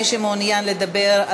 מי שמעוניין לדבר,